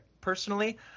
personally